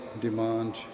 demand